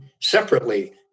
separately